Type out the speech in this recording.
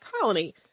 colony